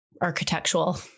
architectural